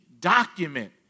document